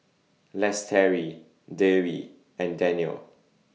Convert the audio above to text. Lestari Dewi and Danial